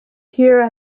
here